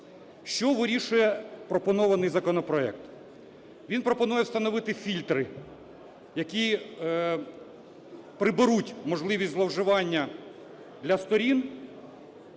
Що вирішує пропонований законопроект? Він пропонує встановити фільтри, які приберуть можливість зловживання для сторін